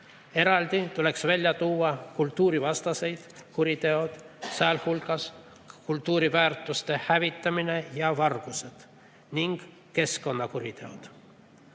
Eraldi tuleks välja tuua kultuurivastased kuriteod, sealhulgas kultuuriväärtuste hävitamine ja vargused ning keskkonnakuriteod.